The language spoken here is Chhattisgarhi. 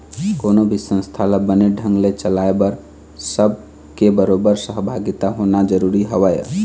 कोनो भी संस्था ल बने ढंग ने चलाय बर सब के बरोबर सहभागिता होना जरुरी हवय